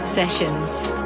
sessions